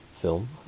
film